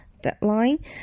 deadline